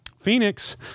Phoenix